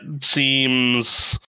seems